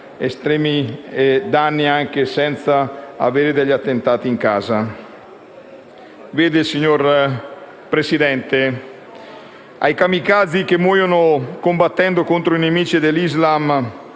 estremi danni anche senza avere attentati in casa. Vede, signor Presidente, ai kamikaze che muoiono combattendo contro i nemici dell'Islam